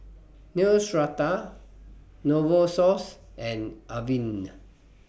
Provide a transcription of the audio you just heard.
Neostrata Novosource and Avene